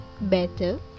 better